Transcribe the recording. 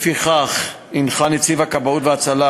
לפיכך הנחה נציב הכבאות וההצלה